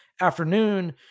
afternoon